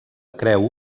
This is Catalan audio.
creu